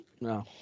no